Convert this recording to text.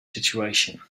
situation